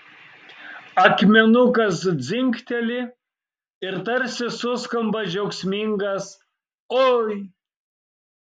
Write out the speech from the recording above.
akmenukas dzingteli ir tarsi suskamba džiaugsmingas oi